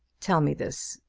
tell me this.